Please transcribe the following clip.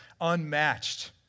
unmatched